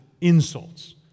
insults